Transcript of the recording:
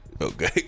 Okay